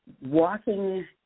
walking